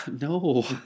no